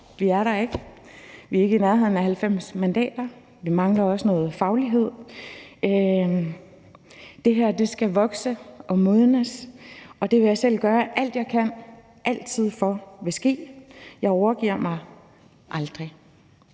Vi er der ikke; vi er ikke i nærheden af 90 mandater; vi mangler også noget faglighed. Det her skal vokse og modnes, og det vil jeg selv altid gøre alt, hvad jeg kan, for vil ske. Jeg overgiver mig aldrig.